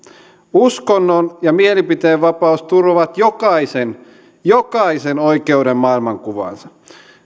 uskonnon ja mielipiteenvapaus turvaavat jokaisen jokaisen oikeuden maailmankuvaansa